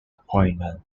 appointment